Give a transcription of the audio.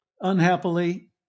unhappily